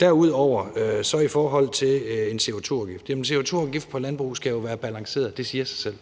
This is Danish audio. Derudover er der det i forhold til en CO2-afgift, at en CO2-afgift på landbrug jo skal være balanceret. Det siger sig selv.